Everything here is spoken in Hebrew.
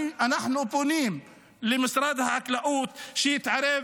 אנחנו פונים למשרד החקלאות שיתערב,